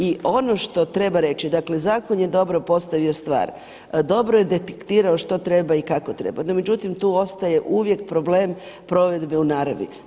I ono što treba reći, dakle zakon je dobro postavio stvar, dobro je detektirao što treba i kako treba, no međutim tu ostaje uvijek problem provedbe u naravi.